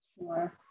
Sure